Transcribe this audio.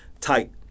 tight